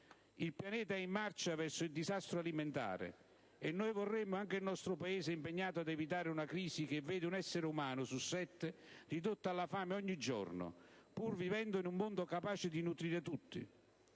Il Pianeta è in marcia verso il disastro alimentare, e noi vorremmo anche il nostro Paese impegnato a evitare una crisi che vede un essere umano su sette ridotto alla fame ogni giorno, pur vivendo in un mondo capace di nutrire tutti.